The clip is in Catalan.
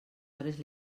hores